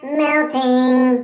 melting